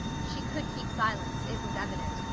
she could keep silence, it was evident,